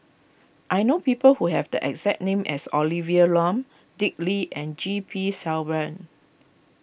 I know people who have the exact name as Olivia Lum Dick Lee and G P Selvam